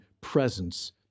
presence